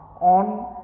On